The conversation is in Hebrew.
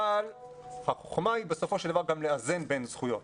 אבל החוכמה היא בסופו של דבר גם לאזן בין זכויות.